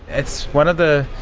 it's one of the